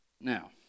Now